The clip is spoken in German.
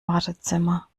wartezimmer